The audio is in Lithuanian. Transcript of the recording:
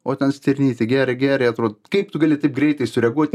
o ten stirnytė gėrė gėrė atrodo kaip tu gali taip greitai sureaguoti